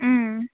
ओम